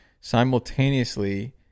Simultaneously